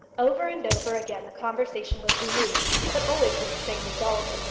over and over again the conversation was renewed, but always with the same result.